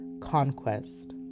conquest